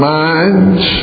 minds